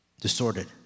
distorted